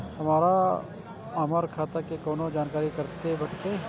हमरा हमर खाता के कोनो जानकारी कते भेटतै